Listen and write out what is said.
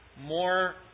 more